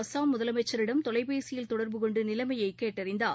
அஸ்ஸாம் முதலமைச்சரிடம் தொலைபேசியில் தொடர்பு கொண்டுநிலைமையைகேட்டறிந்தார்